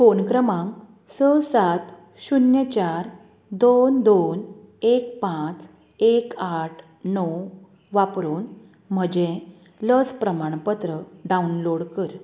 phone क्रमांक स सात शुन्य चार दोन दोन एक पांच एक आठ णव वापरून म्हजें लस प्रमाणपत्र डावनलोड कर